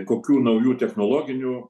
kokių naujų technologinių